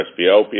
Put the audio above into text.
presbyopia